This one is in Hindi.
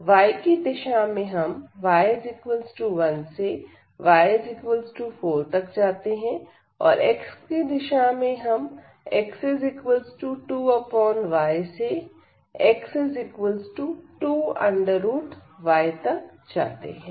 अतः y की दिशा में हम y 1 से y 4 तक जाते हैं और x की दिशा में हम x2y सेx 2y तक जाते हैं